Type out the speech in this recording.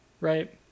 right